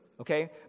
okay